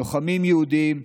לוחמים יהודים,